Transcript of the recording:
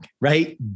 right